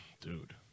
dude